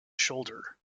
shoulder